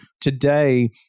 today